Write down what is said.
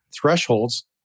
thresholds